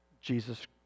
jesus